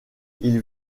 ils